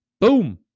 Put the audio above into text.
Boom